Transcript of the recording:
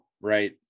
right